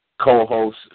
co-host